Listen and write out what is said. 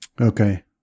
Okay